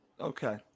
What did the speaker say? Okay